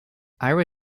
ira